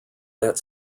that